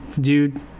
dude